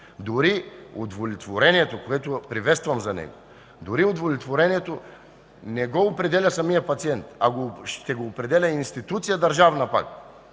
Дори удовлетворението, което приветствам за него, не го определя самият пациент, а ще го определя пак държавна